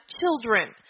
children